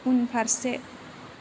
उनफारसे